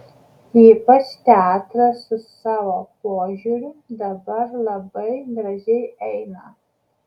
ypač teatras su savo požiūriu dabar labai gražiai eina